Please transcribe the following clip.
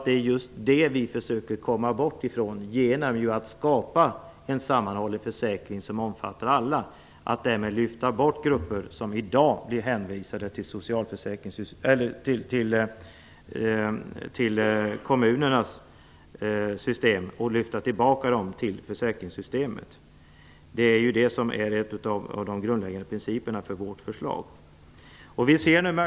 Det är just detta vi försöker att komma bort ifrån genom att skapa en sammanhållen försäkring som omfattar alla och även genom att lyfta grupper, som i dag blir hänvisade till kommunernas system, tillbaka till försäkringssystemet. Detta är en av de grundläggande principerna för vårt förslag.